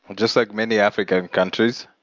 and just like many african countries,